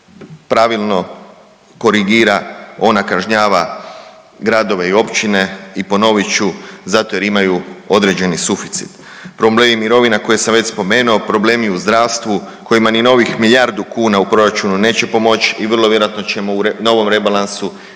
pravilno korigira, ona kažnjava gradove i općine - i ponovit ću - zato jer imaju određeni suficit. Problemi mirovina koje sam već spomenuo, problemi u zdravstvu kojima ni novih milijardu kuna u proračunu neće pomoći i vrlo vjerojatno ćemo u novom rebalansu još